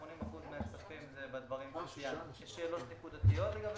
80% מהכספים --- יש שאלות נקודתיות לגבי